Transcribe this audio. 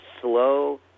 slow